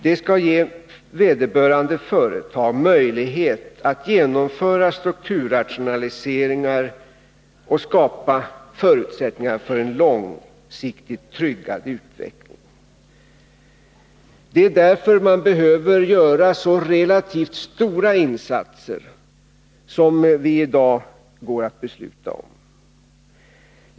Det skall ge vederbörande företag möjlighet att genomföra strukturrationaliseringar och skapa förutsättningar för en långsiktigt tryggad utveckling. Det är därför man behöver göra så relativt stora insatser som vi i dag skall besluta om.